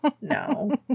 no